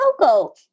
cocoa